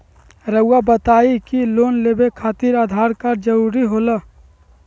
रौआ बताई की लोन लेवे खातिर आधार कार्ड जरूरी होला?